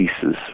pieces